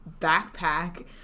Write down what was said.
backpack